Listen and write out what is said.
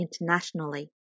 internationally